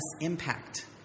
impact